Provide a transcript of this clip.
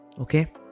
Okay